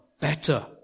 better